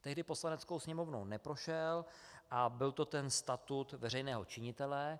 Tehdy Poslaneckou sněmovnou neprošel a byl to ten statut veřejného činitele.